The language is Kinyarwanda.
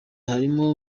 harimo